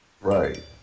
Right